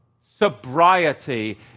Sobriety